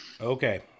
Okay